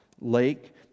lake